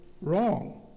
wrong